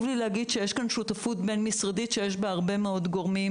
לי להגיד שיש כאן שותפות בין-משרדית שיש בה הרבה מאוד גורמים,